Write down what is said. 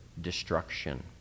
destruction